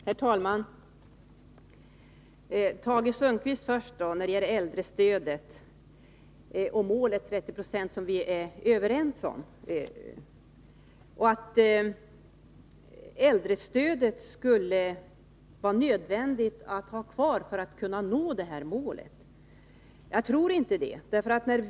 Herr talman! Först till Tage Sundkvist om äldrestödet och målet 30 96 som vi är överens om. Det sägs att äldrestödet skulle vara nödvändigt för att vi skall kunna nå det här målet. Det tror jag inte.